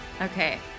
Okay